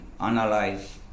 analyze